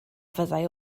fyddai